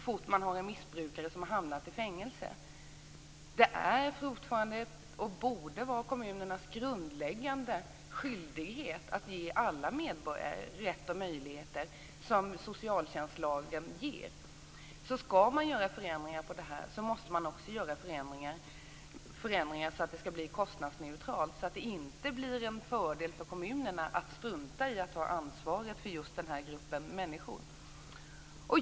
Fortfarande är det, och så bör det också vara, kommunernas grundläggande skyldighet att ge alla medborgare den rätt och de möjligheter som socialtjänstlagen innebär. Skall man göra förändringar här måste man alltså även göra sådana förändringar att det blir kostnadsneutralt. Det får inte bli en fördel för kommunerna att strunta i att ta ansvar för just den här gruppen människor.